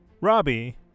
Robbie